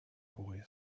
boy